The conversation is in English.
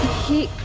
he